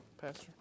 Pastor